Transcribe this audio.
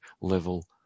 level